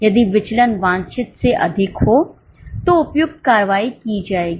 यदि विचलन वांछित से अधिक हो तो उपयुक्त कार्रवाई की जाएगी